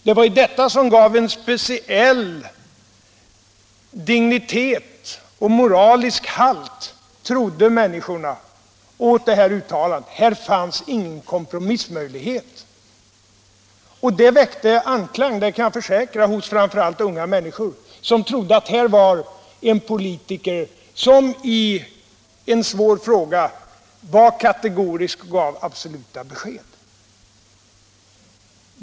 Det var detta som gav en speciell dignitet och moralisk halt, trodde människorna, åt hans uttalanden — här fanns ingen kompromissmöjlighet. Och jag kan försäkra att det väckte anklang, framför allt hos unga människor som trodde att här var en politiker som i en svår fråga var kategorisk och gav absoluta besked.